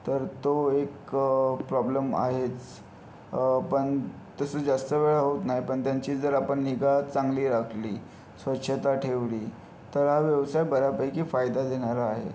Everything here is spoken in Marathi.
तर तो एक प्रॉब्लेम आहेच पण तसं जास्त वेळा होत नाही पण त्यांची जर आपण निगा चांगली राखली स्वच्छता ठेवली तर हा व्यवसाय बऱ्यापैकी फायदा देणारा आहे